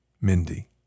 Mindy